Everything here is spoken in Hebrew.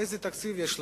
איזה תקציב יש לנו,